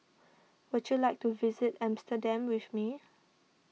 would you like to visit Amsterdam with me